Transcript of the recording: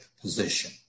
position